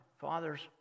father's